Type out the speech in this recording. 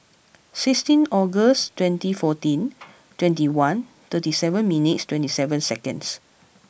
sixteen August twenty fourteen twenty one thirty seven minutes twenty seven seconds